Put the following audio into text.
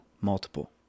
multiple